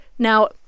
Now